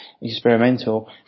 experimental